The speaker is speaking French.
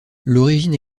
l’origine